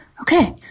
okay